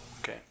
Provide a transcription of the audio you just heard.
okay